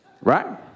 right